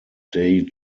day